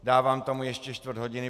Dávám tomu ještě čtvrt hodiny.